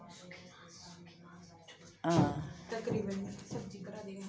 हां